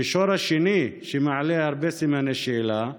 המישור השני, שמעלה הרבה סימני שאלה,